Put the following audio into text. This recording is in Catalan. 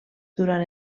durant